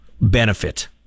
benefit